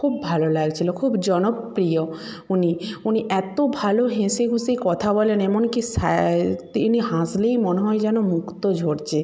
খুব ভালো লাগছিলো খুব জনপ্রিয় উনি উনি এতো ভালো হেসে হুসে কথা বলেন এবং কি সা তিনি হাসলেই মনে হয় মুক্ত ঝড়ছে